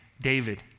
David